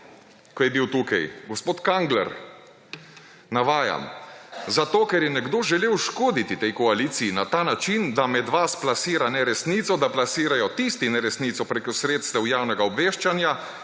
ko je bil tukaj, gospod Kangler? Navajam: »Zato ker je nekdo želel škoditi tej koaliciji na ta način, da med vas plasira neresnico, da plasirajo tisti neresnico preko sredstev javnega obveščanja,